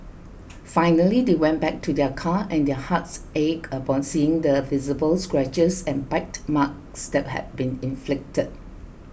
finally they went back to their car and their hearts ached upon seeing the visible scratches and bite marks still had been inflicted